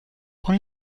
con